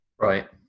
Right